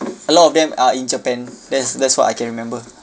a lot of them are in japan there's that's what I can remember